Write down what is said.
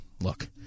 look